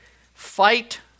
Fight